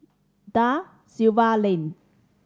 Da Silva Lane